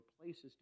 places